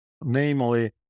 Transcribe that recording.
namely